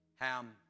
Ham